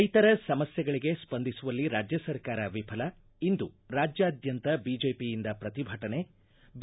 ರೈತರ ಸಮಸ್ಥೆಗಳಗೆ ಸ್ವಂದಿಸುವಲ್ಲಿ ರಾಜ್ಯ ಸರ್ಕಾರ ವಿಫಲ ಇಂದು ರಾಜ್ಯಾದ್ಯಂತ ಬಿಜೆಪಿಯಿಂದ ಪ್ರತಿಭಟನೆ ಬಿ